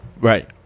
Right